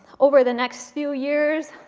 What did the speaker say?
over the next few years,